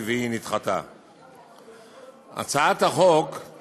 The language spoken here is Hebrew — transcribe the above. נכנסתם לתוך הליכוד כדי לחזק את מקומי,